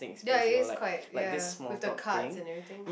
ya it is quite ya with the cards and everything